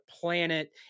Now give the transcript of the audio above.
planet